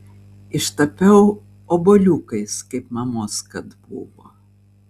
ištapiau obuoliukais kaip mamos kad buvo